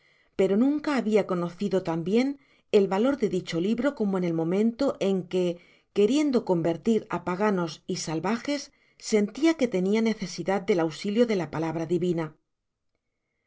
pero nunca babia conocido tan bien el valor do dicho libro como en el momento en que queriendo convertir á paganos y salvajes sentia que tenia necesidad del auxilio de la palabra divina